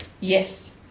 Yes